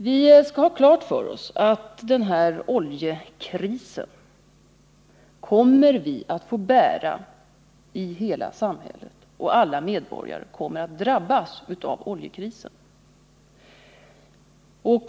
Vi skall ha klart för oss att oljekrisen är något som hela samhället kommer att få bära och att alla medborgare kommer att drabbas av den.